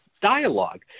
dialogue